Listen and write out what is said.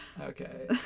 Okay